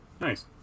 Nice